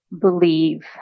believe